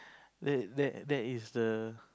that that there is a